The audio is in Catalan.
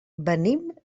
venim